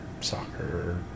soccer